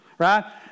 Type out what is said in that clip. Right